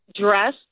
Dress